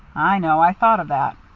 i know. i thought of that.